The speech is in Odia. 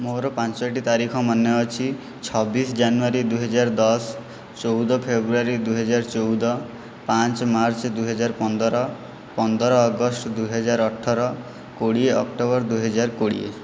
ମୋର ପାଞ୍ଚଟି ତାରିଖ ମନେ ଅଛି ଛବିଶ ଜାନୁଆରୀ ଦୁଇହଜାର ଦଶ ଚଉଦ ଫେବୃଆରୀ ଦୁଇହଜାର ଚଉଦ ପାଞ୍ଚ ମାର୍ଚ୍ଚ ଦୁଇହଜାର ପନ୍ଦର ପନ୍ଦର ଅଗଷ୍ଟ ଦୁଇହଜାର ଅଠର କୋଡ଼ିଏ ଅକ୍ଟୋବର ଦୁଇହଜାର କୋଡ଼ିଏ